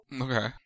Okay